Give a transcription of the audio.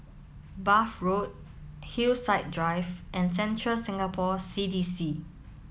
Bath Road Hillside Drive and Central Singapore C D C